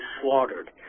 slaughtered